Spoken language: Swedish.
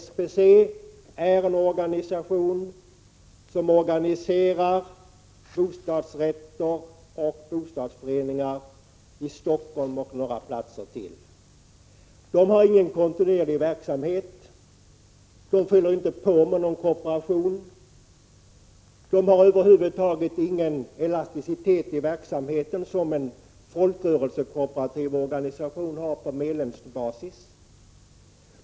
SBC är en organisation som organiserar bostadsrätter och bostadsföreningar i Stockholm och på några platser till. Där har man ingen kontinuerlig verksamhet, och man fyller inte på med någon kooperation. Man har över huvud taget ingen elasticitet i verksamheten, något som en folkrörelsekooperativ organisation på medlemsbasis har.